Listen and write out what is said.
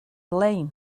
lein